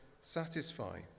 satisfy